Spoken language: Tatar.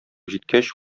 җиткәч